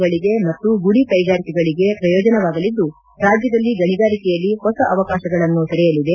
ಗಳಗೆ ಮತ್ತು ಗುಡಿ ಕೈಗಾಲಿಕೆಗಳಗೆ ಪ್ರಯೋಜನವಾಗಅದ್ದು ರಾಜ್ಯದಲ್ಲಿ ಗಣಿಗಾಲಿಕೆಯಲ್ಲಿ ಹೊಸ ಅವಕಾಶಗಳನ್ನು ತೆರೆಯಅದೆ